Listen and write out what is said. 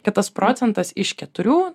kad tas procentas iš keturių